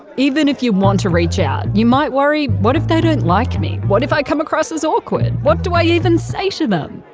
even if you want to reach out, you might worry what if they don't like me? what if i come off as awkward? what do i even say to them?